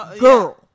Girl